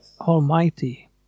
Almighty